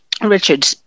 Richard